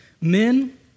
Men